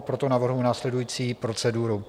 Proto navrhnu následující proceduru.